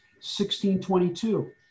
16.22